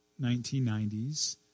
1990s